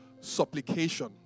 supplication